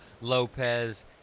Lopez